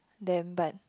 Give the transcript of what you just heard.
them but